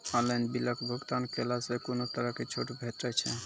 Online बिलक भुगतान केलासॅ कुनू तरहक छूट भेटै छै?